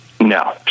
No